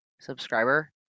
subscriber